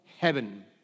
heaven